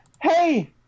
Hey